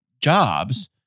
jobs